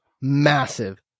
massive